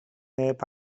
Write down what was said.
neb